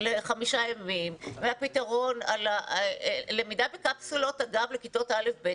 למידה בקפסולות לכיתות א'-ב',